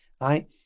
right